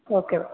okay